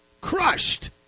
Crushed